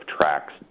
tracks